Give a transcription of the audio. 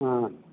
ஆ